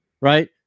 Right